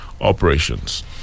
operations